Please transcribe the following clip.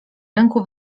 rynku